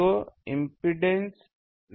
तो impedance Zin क्या है